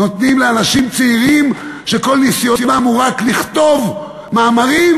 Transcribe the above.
נותנים לאנשים צעירים שכל ניסיונם הוא רק לכתוב מאמרים,